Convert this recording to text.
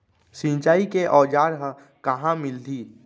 सिंचाई के औज़ार हा कहाँ मिलही?